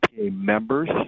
members